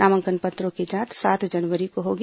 नामांकन पत्रों की जांच सात जनवरी को होगी